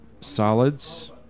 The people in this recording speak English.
solids